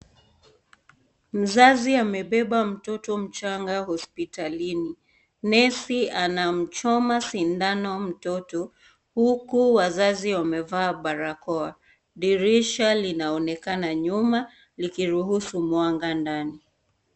Mzazi amebeba mtoto mchanga hospitalini. Nesi anamchoma sindano mtoto huku wazazi wamevaa barakoa. Dirisha linaonekana nyuma likiruhusu mwanga ndani.